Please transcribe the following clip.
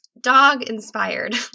dog-inspired